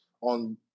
on